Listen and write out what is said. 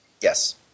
yes